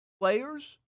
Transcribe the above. players